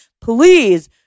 please